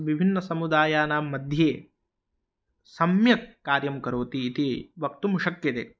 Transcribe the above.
विभिन्नसमुदायानां मध्ये सम्यक् कार्यं करोति इति वक्तुं शक्यते